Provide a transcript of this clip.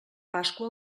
pasqua